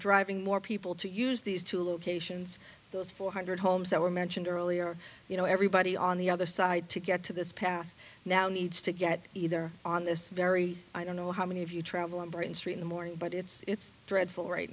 driving more people to use these two locations those four hundred homes that were mentioned earlier you know everybody on the other side to get to this path now needs to get either on this very i don't know how many of you travel in britain straight in the morning but it's dreadful right